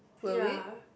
ya